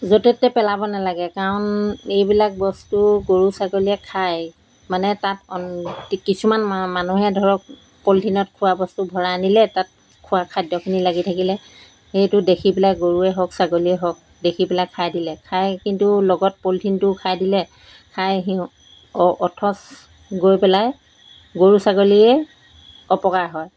য'তে ত'তে পেলাব নালাগে কাৰণ এইবিলাক বস্তু গৰু ছাগলীয়ে খাই মানে তাত কিছুমান মা মানুহে ধৰক পলিথিনত খোৱা বস্তু ভৰাই আনিলে তাত খোৱা খাদ্যখিনি লাগি থাকিলে সেইটো দেখি পেলাই গৰুৱে হওক ছাগলীয়ে হওক দেখি পেলাই খাই দিলে খাই কিন্তু লগত পলথিনটোও খাই দিলে খাই সি অ অথচ গৈ পেলাই গৰু ছাগলীয়ে অপকাৰ হয়